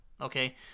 okay